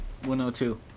102